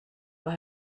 war